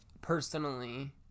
Personally